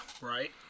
right